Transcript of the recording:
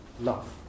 love